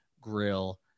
Grill